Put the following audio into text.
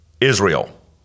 Israel